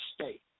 state